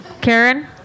Karen